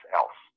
else